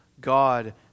God